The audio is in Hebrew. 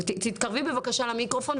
תתקרבי בבקשה למיקרופון,